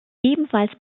ebenfalls